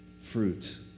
fruit